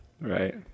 right